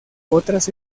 otras